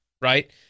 right